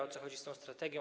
O co chodzi z tą strategią?